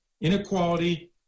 inequality